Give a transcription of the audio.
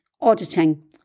auditing